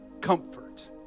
comfort